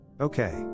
Okay